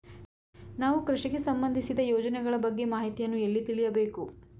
ನಾವು ಕೃಷಿಗೆ ಸಂಬಂದಿಸಿದ ಯೋಜನೆಗಳ ಬಗ್ಗೆ ಮಾಹಿತಿಯನ್ನು ಎಲ್ಲಿ ತಿಳಿಯಬೇಕು?